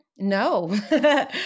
No